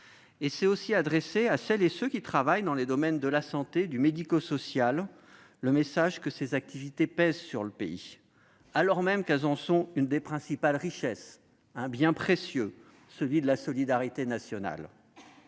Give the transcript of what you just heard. C'est aussi adresser à celles et ceux qui travaillent dans les domaines de la santé et du médico-social le message que ces activités pèsent sur le pays, alors même qu'elles en sont l'une des principales richesses, qu'elles constituent un bien précieux : celui de la solidarité nationale.